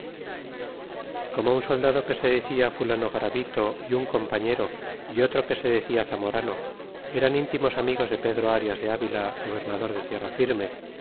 como un soldado que se decia fulano garavfto y un compañero y otro que se decia zamorano eran íntimos amigos de pedro arias de avila gobernador de